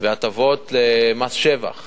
והטבות במס שבח